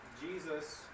Jesus